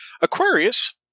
Aquarius